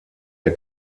der